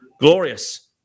Glorious